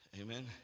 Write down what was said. Amen